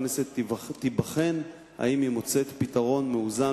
הכנסת תבחן אם היא מוצאת פתרון מאוזן